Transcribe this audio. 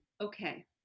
okay